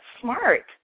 smart